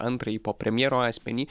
antrąjį po premjero asmenį